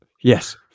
Yes